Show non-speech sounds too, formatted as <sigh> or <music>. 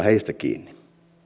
<unintelligible> heistä kiinni